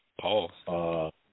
Paul